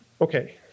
Okay